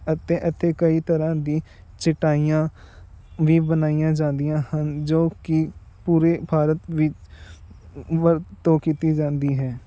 ਅਤੇ ਇੱਥੇ ਕਈ ਤਰ੍ਹਾਂ ਦੀ ਚਟਾਈਆਂ ਵੀ ਬਣਾਈਆਂ ਜਾਂਦੀਆਂ ਹਨ ਜੋ ਕਿ ਪੂਰੇ ਭਾਰਤ ਵਿੱਚ ਵਰਤੋਂ ਕੀਤੀ ਜਾਂਦੀ ਹੈ